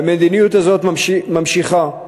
והמדיניות הזאת נמשכת.